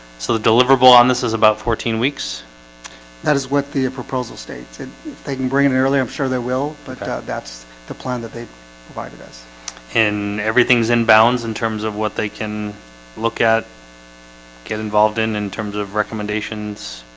so the deliverable on this is about fourteen weeks that is what the proposal states and they can bring it earlier i'm sure there will but that's the plan that they've provided us and everything's in bounds in terms of what they can look at get involved in in terms of recommendations